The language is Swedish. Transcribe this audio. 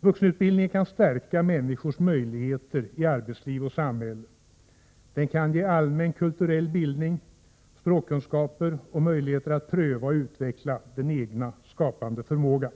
Vuxenutbildningen kan stärka människors möjligheter i arbetsliv och samhälle. Den kan ge allmän kulturell bildning, språkkunskaper och möjligheter att pröva och utveckla den egna skapande förmågan.